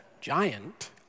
giant